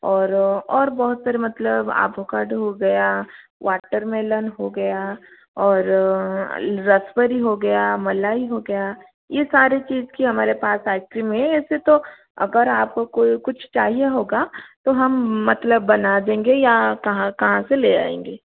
और और बहुत सारे मतलब आभोगार्डों हो गया वॉटरमेलन हो गया और रसभरी हो गया मलाई हो गया ये सारे चीज़ की हमारे पास आइस क्रीम है ऐसे तो अगर आपको कोई कुछ चाहिए होगा तो हम मतलब बना देंगे या कहीं कहीं से ले आएंगे